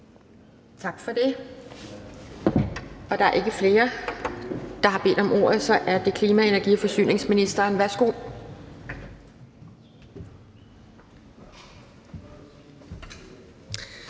Tak for det. Der er ikke flere, der har bedt om ordet, og så er det klima-, energi- og forsyningsministeren. Værsgo.